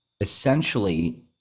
essentially